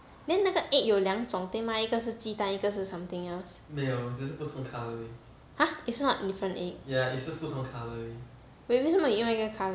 then 那个 egg 有两种对吗一个鸡蛋一个是 something else !huh! it's not different egg wait 为什么有另外一个 colour